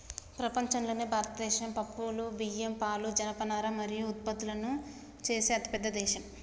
ప్రపంచంలోనే భారతదేశం పప్పులు, బియ్యం, పాలు, జనపనార మరియు పత్తులను ఉత్పత్తి చేసే అతిపెద్ద దేశం